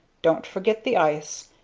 don't forget the ice,